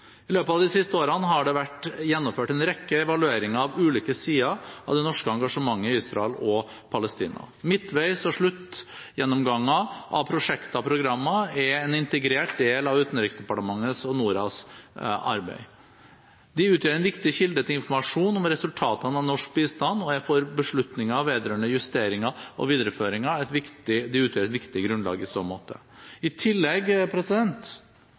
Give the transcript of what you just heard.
I løpet av de siste årene har det vært gjennomført en rekke evalueringer av ulike sider av det norske engasjementet i Israel og Palestina. Midtveis- og sluttgjennomganger av prosjekter og programmer er en integrert del av Utenriksdepartementets og Norads arbeid. De utgjør en viktig kilde til informasjon om resultatene av norsk bistand og er for beslutninger vedrørende justeringer og videreføringer et viktig grunnlag. I tillegg